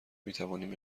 میتوانیم